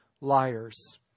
liars